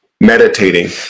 meditating